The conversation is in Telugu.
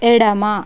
ఎడమ